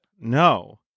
No